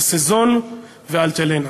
ה"סזון" ו"אלטלנה".